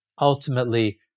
ultimately